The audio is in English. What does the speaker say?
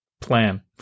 plan